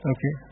Okay